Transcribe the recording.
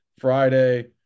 Friday